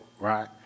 Right